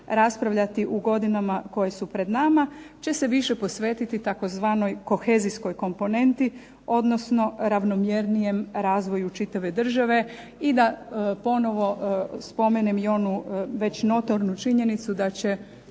raspravljati u godinama koje su pred nama, će se više posvetiti tzv. kohezijskoj komponenti, odnosno ravnomjernijem razvoju čitave države, i da ponovo spomenem i onu već notornu činjenicu da će